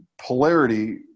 polarity